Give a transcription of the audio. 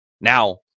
Now